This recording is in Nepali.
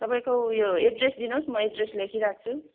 तपाईँको उयो एड्रेस दिनुहोस् म एड्रेस लेखिराख्छु